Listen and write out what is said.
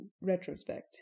retrospect